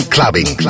Clubbing